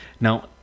Now